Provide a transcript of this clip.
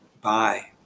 bye